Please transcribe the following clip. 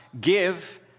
give